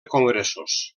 congressos